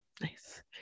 Nice